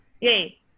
Yay